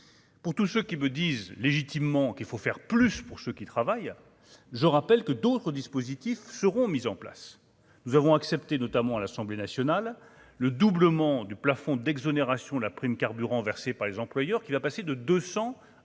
pour tout ce qui me disent légitimement qu'il faut faire plus pour ceux qui travaillent, je rappelle que d'autres dispositifs seront mis en place, nous avons accepté, notamment à l'Assemblée nationale, le doublement du plafond d'exonération la prime carburant versées par les employeurs, qui va passer de 200 à 400